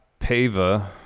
Pava